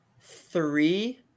three